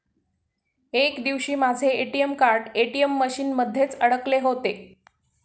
एक दिवशी माझे ए.टी.एम कार्ड ए.टी.एम मशीन मध्येच अडकले होते